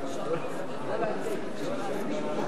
ציבורי), של חבר הכנסת יעקב כץ: בעד, 31,